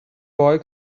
boy